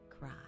cry